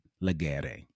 legere